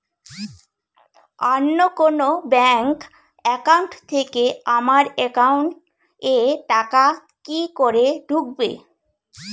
অন্য কোনো bank account থেকে আমার একাউন্ট এ টাকা কি করে ঢুকবে?